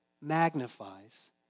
magnifies